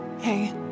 Hey